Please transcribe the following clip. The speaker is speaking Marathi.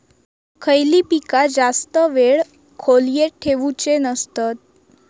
खयली पीका जास्त वेळ खोल्येत ठेवूचे नसतत?